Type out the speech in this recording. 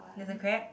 there's a crab